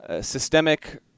systemic